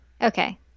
Okay